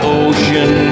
ocean